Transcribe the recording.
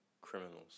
criminals